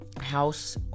House